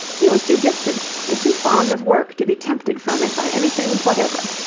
he was too gifted and too fond of work to be tempted from it by anything whatever.